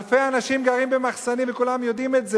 אלפי אנשים גרים במחסנים, וכולם יודעים את זה.